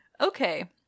Okay